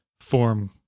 form